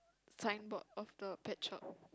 signboard of the pet shop